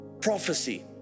prophecy